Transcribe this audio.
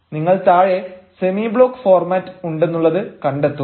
നിങ്ങൾ താഴെ semi block format ഉണ്ടെന്നുള്ളത് കണ്ടെത്തും